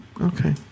okay